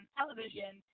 television